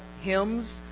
hymns